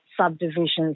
subdivisions